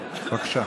בבקשה.